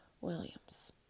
Williams